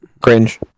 Cringe